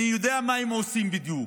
אני יודע מה הם עושים בדיוק,